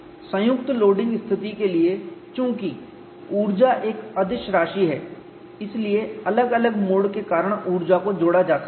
संयुक्त लोडिंग स्थिति के लिए चूंकि ऊर्जा एक अदिश स्कैलर राशि है इसलिए अलग अलग मोड के कारण ऊर्जा को जोड़ा जा सकता है